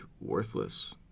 worthless